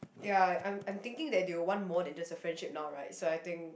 ya I'm I'm thinking that they will want more than just a friendship now right so I think